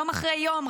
יום אחרי יום,